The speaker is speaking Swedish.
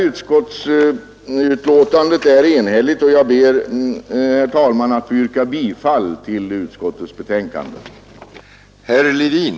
Utskottets betänkande är enhälligt och jag ber, herr talman, att få yrka bifall till utskottets hemställan.